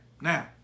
now